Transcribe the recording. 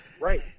right